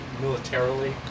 militarily